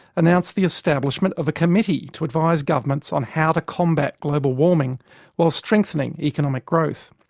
announced the establishment of a committee to advise governments on how to combat global warming while strengthening economic growth.